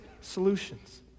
solutions